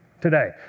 today